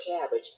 cabbage